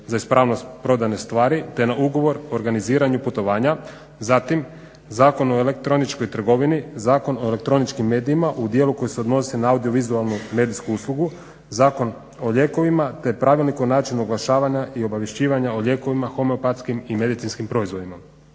za ispravnost prodane stvari, te na ugovor o organiziranju putovanja. Zatim, Zakon o elektroničkoj trgovini, Zakon o elektroničkim medijima u dijelu koji se odnosi na audio-vizualnu medijsku uslugu, Zakon o lijekovima, te Pravilnik o načinu oglašavanja i obavješćivanja o lijekovima, homeopatskim i medicinskim proizvodima.